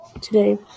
today